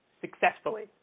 successfully